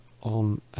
on